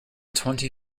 twenty